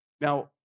Now